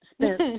spent